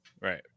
right